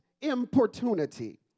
importunity